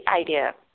idea